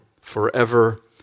forever